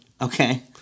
Okay